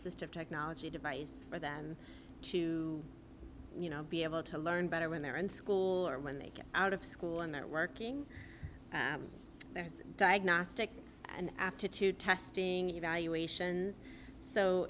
assistive technology device for them to you know be able to learn better when they're in school or when they get out of school and that working there is diagnostic and aptitude testing evaluations so